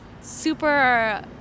super